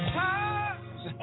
times